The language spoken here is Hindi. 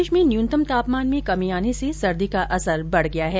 प्रदेश में न्यूनतम तापमान में कमी आने से सर्दी का असर बढ़ गया है